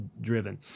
driven